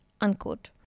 unquote